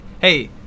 hey